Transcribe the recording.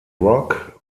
rock